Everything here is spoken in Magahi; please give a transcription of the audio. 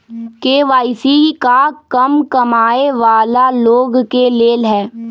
के.वाई.सी का कम कमाये वाला लोग के लेल है?